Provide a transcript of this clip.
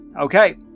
Okay